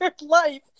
life